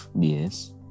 Yes